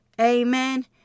Amen